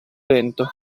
lento